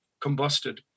combusted